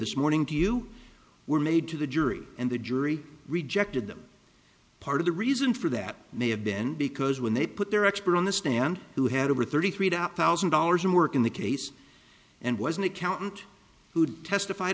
this morning to you were made to the jury and the jury rejected them part of the reason for that may have been because when they put their expert on the stand who had over thirty three thousand dollars in work in the case and was an accountant who testified